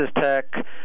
Tech